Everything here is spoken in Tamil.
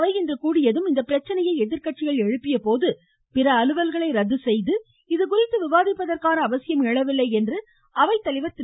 அவை இன்று கூடியதும் இப்பிரச்சனையை எதிர்க் கட்சிகள் எழுப்பியபோது பிற அலுவல்களை ரத்து செய்துவிட்டு இதுகுறித்து விவாதிப்பதற்கான அவசியம் எழவில்லை என்று அவைத்தலைவர் திரு